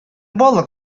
балык